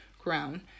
ground